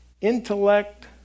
Intellect